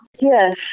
Yes